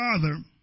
Father